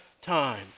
time